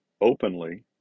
openly